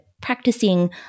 practicing